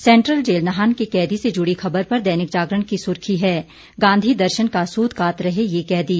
central jail Nahan के कैदी से जुड़ी खबर पर दैनिक जागरण की सुर्खी है गांधी दर्शन का सूतकात रहे ये कैदी